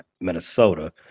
Minnesota